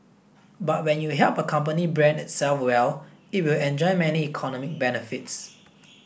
but when you help a company brand itself well it will enjoy many economic benefits